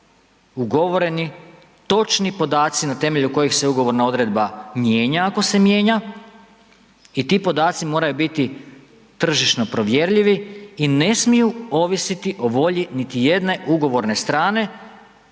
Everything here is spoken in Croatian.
ugovoreni točni podaci na temelju kojih se ugovorna odredba mijenja, ako se mijenja, i ti podaci moraju biti tržišno provjerljivi, i ne smiju ovisiti o volji niti jedne ugovorne strane,